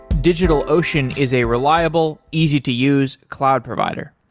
digitalocean is a reliable, easy to use cloud provider.